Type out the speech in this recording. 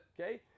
Okay